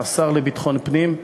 השר לביטחון פנים,